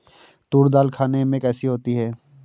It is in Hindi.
तूर दाल खाने में कैसी होती है?